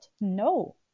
no